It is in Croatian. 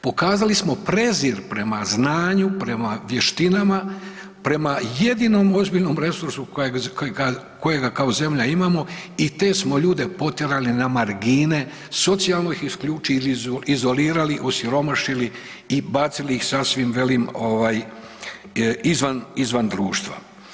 Pokazali smo prezir prema znanju, prema vještinama, prema jedinom ozbiljnom resursu kojega kao zemlja imamo i te smo ljude potjerali na margine, socijalno ih isključili i izolirali, osiromašili i bacili ih sasvim izvan društva.